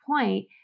point